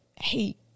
hey